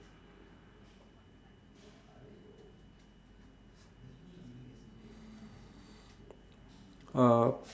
uh